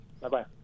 Bye-bye